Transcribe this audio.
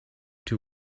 two